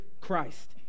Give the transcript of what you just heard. Christ